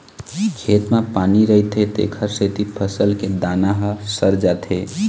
खेत म पानी रहिथे तेखर सेती फसल के दाना ह सर जाथे